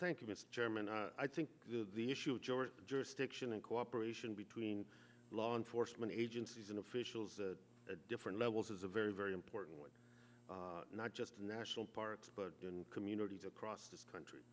thank you mr chairman i think the issue of georgia jurisdiction and cooperation between law enforcement agencies and officials at different levels is a very very important one not just national parks but communities across this country